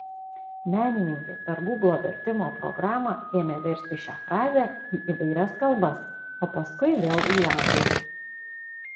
menininkė per gūglo vertimo programą ėmė versti šią frazę į įvairias kalbas o paskui vėl į anglų